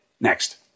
Next